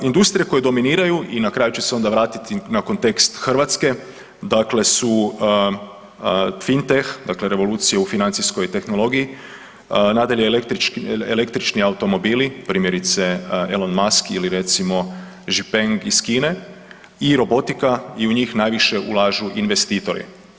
Industrije koje dominiraju i na kraju ću se onda vratiti na kontekst Hrvatske, dakle su fintech dakle revolucija u financijskoj tehnologiji, nadalje električni automobili primjerice Elon Musk ili recimo Zhipeng Kine i robotika i u njih najviše ulažu investitori.